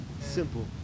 Simple